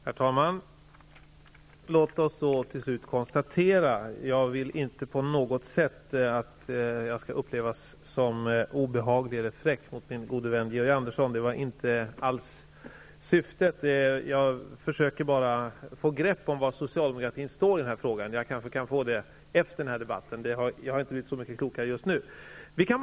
Herr talman! Låt oss till slut konstatera att jag inte vill att jag skall uppfattas som obehaglig eller fräck mot min gode vän Georg Andersson. Det var inte alls syftet. Jag försöker bara få grepp om var socialdemokratin står i denna fråga. Jag kanske kan få besked efter debatten. Jag har inte blivit så mycket klokare just nu. Herr talman!